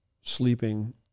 sleeping